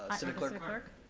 but but clerk.